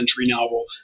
novel